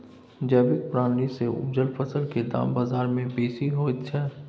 जैविक प्रणाली से उपजल फसल के दाम बाजार में बेसी होयत छै?